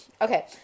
okay